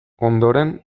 ondoren